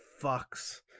fucks